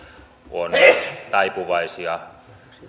on taipuvaisia